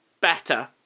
better